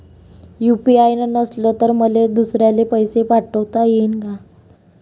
UPI नसल तर मले दुसऱ्याले पैसे पाठोता येईन का?